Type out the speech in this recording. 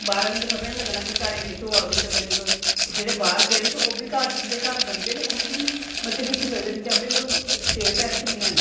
ते बाह्र आह्लैं कुश पता गै नी लग्गनां कि घर कुश होया ते जेह्ड़े बाह्र गेदे न ते जेह्ड़े घर बंदे न ओह् बी मतलवकि दिक्खी सकदे न कि सेफ हैन कि नेंई हैन